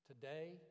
Today